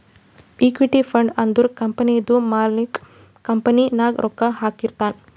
equity fund ಅಂದುರ್ ಕಂಪನಿದು ಮಾಲಿಕ್ಕ್ ಕಂಪನಿ ನಾಗ್ ರೊಕ್ಕಾ ಹಾಕಿರ್ತಾನ್